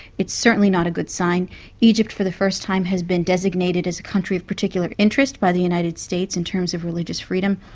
it's certainly not a good sign egypt for the first time has been designated as a country of particular interest by the united states in terms of religious freedom,